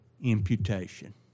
Imputation